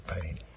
pain